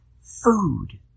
food